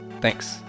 Thanks